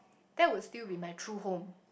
that would still be my true home